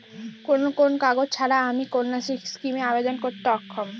কোন কোন কাগজ ছাড়া আমি কন্যাশ্রী স্কিমে আবেদন করতে অক্ষম?